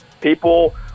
people